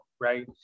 right